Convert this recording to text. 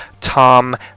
Tom